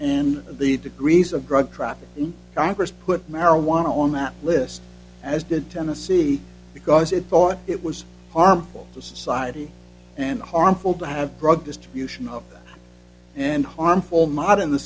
and the degrees of drug traffic in congress put marijuana on that list as did tennessee because it thought it was harmful to society and harmful to have broad distribution and harmful moder